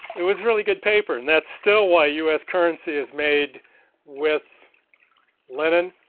it was really good paper and that's still why u s currency is made with linen